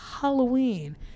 Halloween